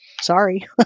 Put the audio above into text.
Sorry